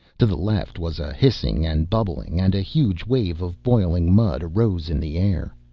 to the left was a hissing and bubbling, and a huge wave of boiling mud arose in the air.